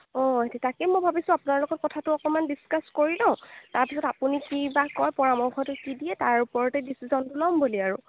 অঁ তাকে মই ভাবিছোঁ আপোনাৰ লগত কথাটো অকণমান ডিছকাছ কৰি লওঁ তাৰপিছত আপুনি কি বা কয় পৰামৰ্শটো যি দিয়ে তাৰ ওপৰতে ডিচিশ্যনটো ল'ম বুলি আৰু